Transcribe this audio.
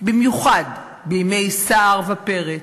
במיוחד בימי סער ופרץ,